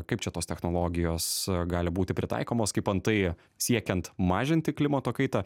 kaip čia tos technologijos gali būti pritaikomos kaip antai siekiant mažinti klimato kaitą